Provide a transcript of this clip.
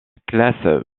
classe